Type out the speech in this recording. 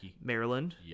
Maryland